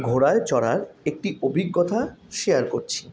ঘোড়ায় চড়ার একটি অভিজ্ঞতা শেয়ার করছি